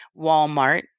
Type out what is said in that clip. Walmart